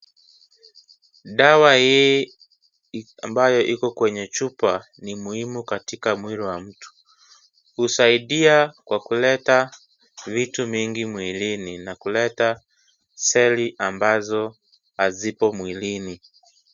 Dawa hii ambayo iko kwenye chupa ni muhimu katika mwili wa mtu. Husaidia kwa kuleta vitu vingi mwilini na kuleta seli ambazo hazipo mwilini.